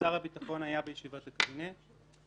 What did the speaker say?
שר הביטחון היה בישיבת הקבינט.